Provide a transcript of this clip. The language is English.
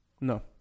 No